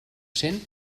cent